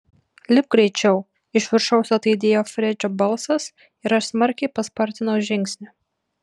lipk greičiau iš viršaus ataidėjo fredžio balsas ir aš smarkiai paspartinau žingsnį